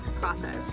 process